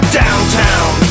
downtown